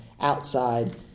outside